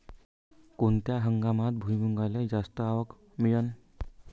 कोनत्या हंगामात भुईमुंगाले जास्त आवक मिळन?